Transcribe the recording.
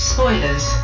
Spoilers